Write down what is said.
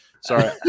Sorry